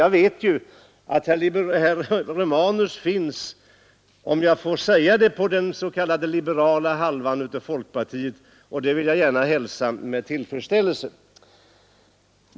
Jag vet att herr Romanus finns, om jag så får säga, på den s.k. liberala halvan av folkpartiet, något som jag hälsar med tillfredställelse.